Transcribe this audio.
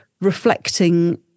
reflecting